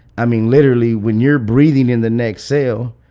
i mean, literally. when you're breathing in the next cell,